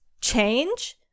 change